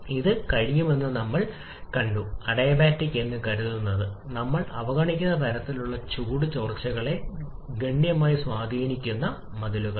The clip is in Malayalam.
ഇതിന് കഴിയുമെന്ന് നമ്മൾ കണ്ടു അഡിയബാറ്റിക് എന്ന് കരുതുന്നത് നമ്മൾ അവഗണിക്കുന്ന തരത്തിലുള്ള ചൂട് ചോർച്ചകളെ ഗണ്യമായി സ്വാധീനിക്കുന്നു മതിലുകൾ